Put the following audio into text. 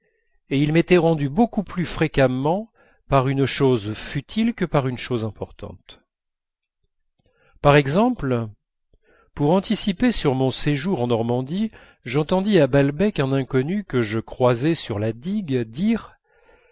et il m'était rendu beaucoup plus fréquemment par une chose futile que par une chose importante par exemple pour anticiper sur mon séjour en normandie j'entendis à balbec un inconnu que je croisai sur la digue dire